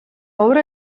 obra